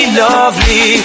lovely